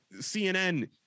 cnn